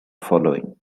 following